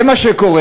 זה מה שקורה,